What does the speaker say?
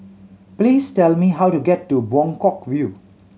please tell me how to get to Buangkok View